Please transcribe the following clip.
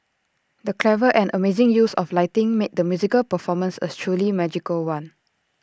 the clever and amazing use of lighting made the musical performance A truly magical one